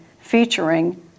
featuring